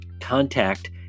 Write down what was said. contact